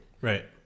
Right